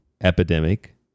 epidemic